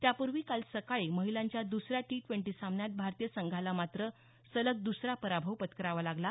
त्यापूर्वी काल सकाळी महिलांच्या दुसऱ्या टी ट्वेंटी सामन्यात भारतीय संघाला मात्र सलग दुसरा पराभव पत्करावा लागला